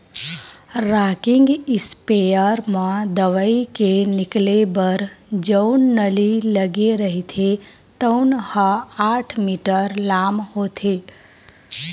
rocking sprayer म दवई के निकले बर जउन नली लगे रहिथे तउन ह आठ मीटर लाम होथे